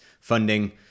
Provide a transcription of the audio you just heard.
funding